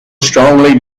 strongly